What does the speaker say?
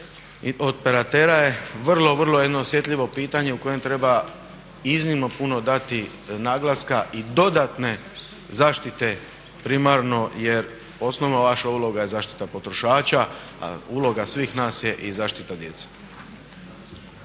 od operatera je vrlo, vrlo jedno osjetljivo pitanje o kojem treba iznimno puno dati naglaska i dodatne zaštite primarno jer osnovna vaša uloga je zaštita potrošača, a uloga svih nas je i zaštita djece.